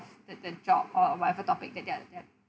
the the job or whatever topic that they are they are